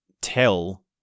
tell